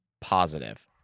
positive